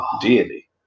deity